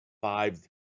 five